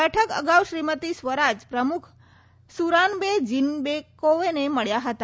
બેઠક અગાઉ શ્રીમતી સ્વરાજ પ્રમુખ સુરાનબે જીનબેકોવને મળ્યા હતા